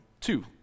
two